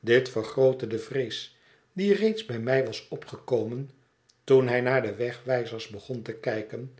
dit vergrootte de vrees die reeds bij mij was opgekomen toen hij naar de wegwijzers begon te kijken